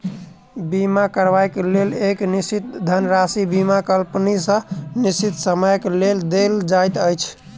बीमा करयबाक लेल एक निश्चित धनराशि बीमा कम्पनी के निश्चित समयक लेल देल जाइत छै